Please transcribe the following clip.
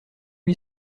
lui